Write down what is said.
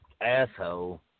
asshole